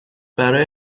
برای